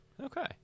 Okay